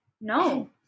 No